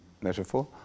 metaphor